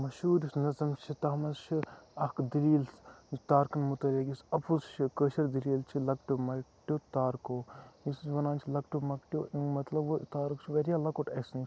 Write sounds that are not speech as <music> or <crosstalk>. اکھ مَشہور <unintelligible> تَتھ مَنٛز چھِ اکھ دلیٖل تارکَن مُتعلِق یُس اَپُز چھُ کٲشِر دلیٖل چھِ لَکٹٮ۪و مَکٹٮ۪و تارکو یُس أسۍ وَنان چھِ لَکٹٮ۪و مَکٹٮ۪و امیُک مَطلَب گوٚو تارُک چھُ واریاہ لَکُٹ اَسہِ نِش